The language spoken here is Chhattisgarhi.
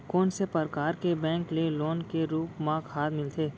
कोन से परकार के बैंक ले लोन के रूप मा खाद मिलथे?